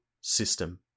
system